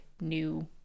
new